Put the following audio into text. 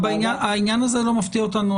העניין הזה לא מפתיע אותנו,